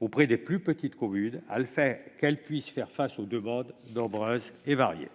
auprès des plus petites communes, afin que celles-ci puissent faire face aux demandes nombreuses et variées.